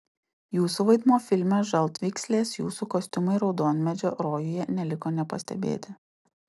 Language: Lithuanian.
jūsų vaidmuo filme žaltvykslės jūsų kostiumai raudonmedžio rojuje neliko nepastebėti